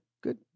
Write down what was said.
good